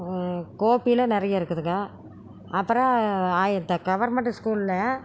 கோபியில் நிறைய இருக்குதுங்க அப்பறம் ஆஹ் இந்த கவர்மண்ட் ஸ்கூலில்